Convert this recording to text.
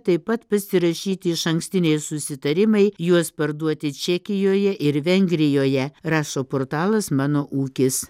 taip pat pasirašyti išankstiniai susitarimai juos parduoti čekijoje ir vengrijoje rašo portalas mano ūkis